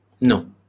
no